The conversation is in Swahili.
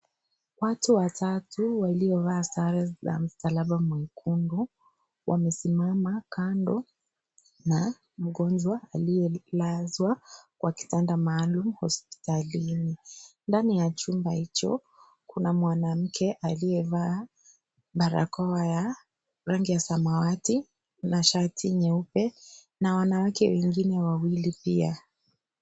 Watu watatu waliovaa sare za msalaba mwekundu wamesimama kando na mgonjwa aliyelazwa kwa kitanda maalum hospitalini. Ndani ya chumba hicho kuna mwanamke aliyevaa barakoa ya rangi ya samawati na shati nyeupe na wanawake wengine wawili pia.